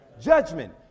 Judgment